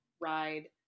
ride